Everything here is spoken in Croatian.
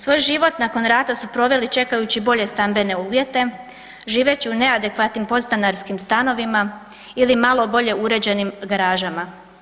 Svoj život nakon rata su proveli čekaju bolje stambene uvjete živeći u neadekvatnim podstanarskim stanovima ili malo bolje uređenim garažama.